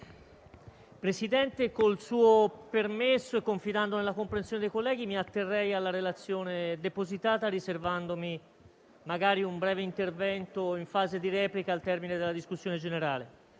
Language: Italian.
Presidente, con il suo permesso e confidando nella comprensione dei colleghi, mi atterrei alla relazione depositata, riservandomi magari un breve intervento in fase di replica.